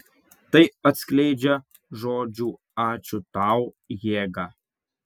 tai atskleidžia žodžių ačiū tau jėgą